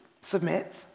submit